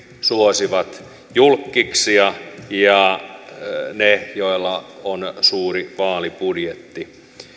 suosivat julkkiksia ja niitä joilla on suuri vaalibudjetti